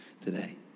today